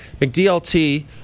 McDLT